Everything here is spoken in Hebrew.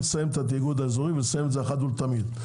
לסיים את התאגוד האזורי ולסיים את זה אחת ולתמיד,